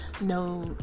no